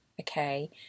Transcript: okay